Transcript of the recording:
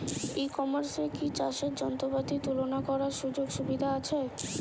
ই কমার্সে কি চাষের যন্ত্রপাতি তুলনা করার সুযোগ সুবিধা আছে?